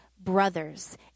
Brothers